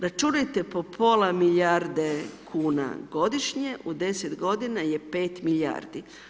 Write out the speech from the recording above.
Računajte po pola milijarde kuna godišnje, u 10 g. je 5 milijardi.